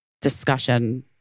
discussion